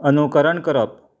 अनुकरण करप